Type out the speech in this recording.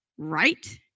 right